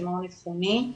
למעון אבחוני,